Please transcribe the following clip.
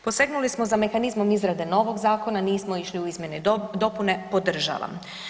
Posegnuli smo za mehanizmom izrade novog zakona, nismo išli u izmjene i dopune, podržavam.